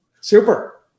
super